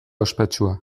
ospetsua